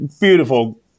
beautiful